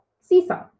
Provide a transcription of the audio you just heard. seesaw